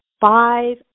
five